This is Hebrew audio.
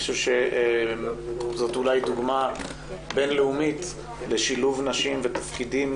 זאת אולי דוגמה בין-לאומית לשילוב נשים ותפקידים